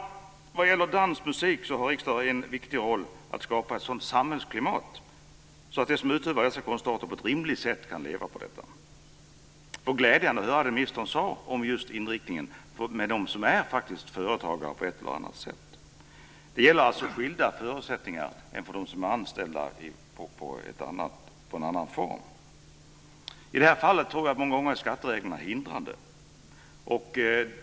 När det gäller dansmusik har riksdagen en viktig roll i fråga om att skapa ett sådant samhällsklimat att de som utövar dessa konstarter på ett rimligt sätt kan leva på detta. Det var glädjande att höra det som ministern sade om just inriktningen när det gäller dem som faktiskt är företagare på ett eller annat sätt. Det gäller alltså skilda förutsättningar jämfört med dem som är anställda i en annan form. I det här fallet tror jag att skattereglerna många gånger är hindrande.